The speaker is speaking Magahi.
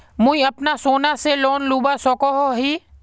मुई अपना सोना से लोन लुबा सकोहो ही?